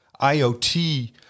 IoT